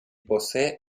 posee